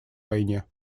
войне